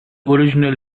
original